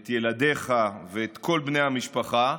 את ילדיך ואת כל בני המשפחה.